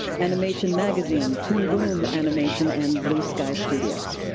animation magazine, toon boom animation, and blue sky studios.